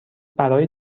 برای